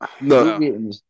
No